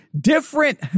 different